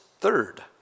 third